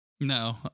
No